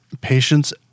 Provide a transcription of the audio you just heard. patience